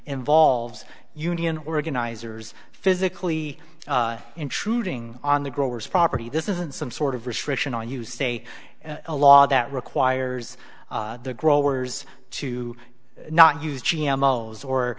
involves union organizers physically intruding on the growers property this isn't some sort of restriction on you say a law that requires the growers to not use g m o as or